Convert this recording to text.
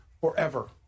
forever